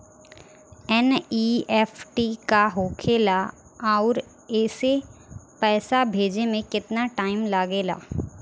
NEFT का होखे ला आउर एसे पैसा भेजे मे केतना टाइम लागेला?